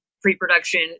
pre-production